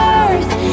earth